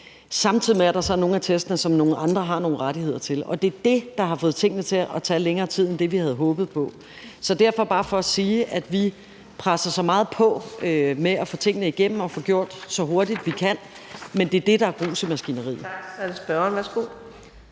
samtidig med at der så er nogle af testene, som nogle andre har nogle rettigheder til, og det er det, der har fået tingene til at tage længere tid end det, vi havde håbet på. Så det er bare for at sige, at vi presser så meget på med at få tingene igennem og få gjort det så hurtigt, vi kan, men det er det, der er gruset i maskineriet.